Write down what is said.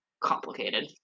complicated